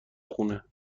خونه